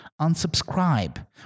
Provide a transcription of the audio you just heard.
unsubscribe